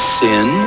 sin